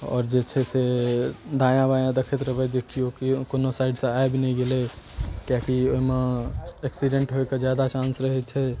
आओर जे छै से दायाँ बायाँ देखैत रहबै जे केओ कोनो साइड सऽ आबि नहि गेलै किएकि ओहिमे एक्सिडेंट होइके जादा चांस रहै छै